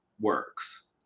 works